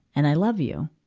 and i love you.